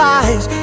eyes